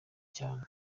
cyane